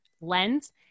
lens